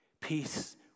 peace